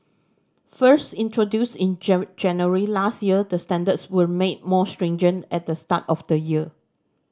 first introduced in January last year the standards were made more stringent at the start of the year